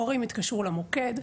הורים התקשרו למוקד,